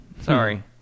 Sorry